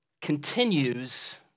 continues